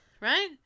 right